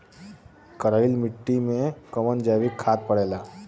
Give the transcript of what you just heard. करइल मिट्टी में कवन जैविक खाद पड़ेला?